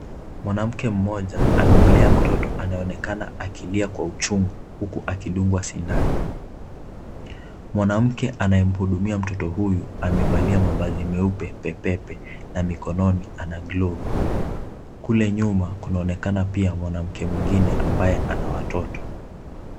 Mwanamke mmoja amemlea mtoto anayeonekana akilia kwa uchungu huku akidungwa sindano. Mwanamke anayemhudumia mtoto huyu amevalia mavazi meupe pepepe na mikononi ana glovu. Kule nyuma kunaonekana pia mwanamke mwengine ambaye ana watoto.